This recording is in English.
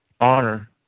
honor